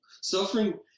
Suffering